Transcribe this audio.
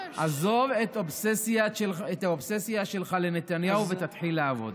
עזוב את האובססיה שלך לנתניהו ותתחיל לעבוד.